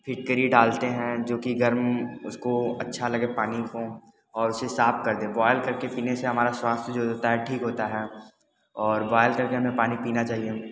फिटकरी डालते हैं जो की गर्म उसको अच्छा लगे पानी को और उसे साफ़ कर दे बॉयल करके पीने से हमारा स्वास्थ्य जो होता है ठीक होता है और बॉयल करके हमें पानी पीना चाहिए